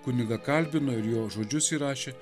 kunigą kalbino ir jo žodžius įrašė